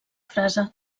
frase